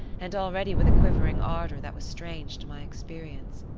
and already with a quivering ardour that was strange to my experience.